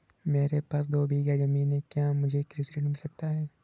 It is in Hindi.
मेरे पास दो बीघा ज़मीन है क्या मुझे कृषि ऋण मिल सकता है?